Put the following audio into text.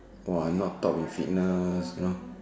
[wah] I'm not top in fitness you know